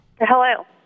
Hello